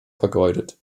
vergeudet